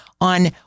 on